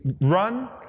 run